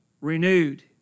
renewed